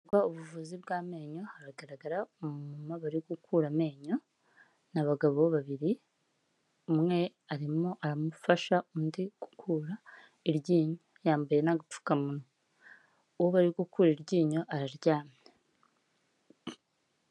Ubuvuzi bw'amenyo hagaragara umumama bari gukura amenyo abagabo babiri umwe arimo arafasha undi gukura iryinyo yambaye n'agapfukamunwa uwo bari a gukura iryinyo araryamye.